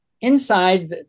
inside